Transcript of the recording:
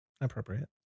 Appropriate